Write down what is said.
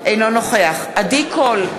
אינו נוכח עדי קול,